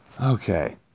okay